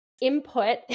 input